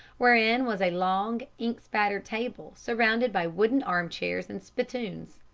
wherein was a long, ink-spattered table surrounded by wooden armchairs and spittoons.